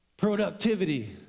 productivity